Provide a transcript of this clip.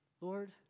Lord